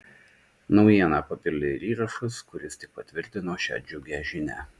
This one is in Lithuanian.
naujieną papildė ir įrašas kuris tik patvirtino šią džiugią žinią